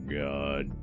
God